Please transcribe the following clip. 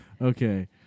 Okay